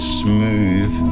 smooth